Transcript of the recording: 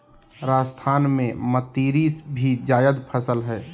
राजस्थान में मतीरी भी जायद फसल हइ